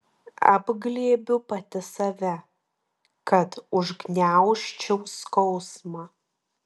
apglėbiu pati save kad užgniaužčiau skausmą